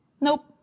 Nope